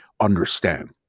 understand